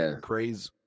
crazy